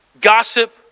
gossip